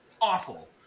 Awful